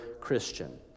Christian